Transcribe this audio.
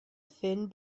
thin